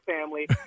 family